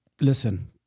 Listen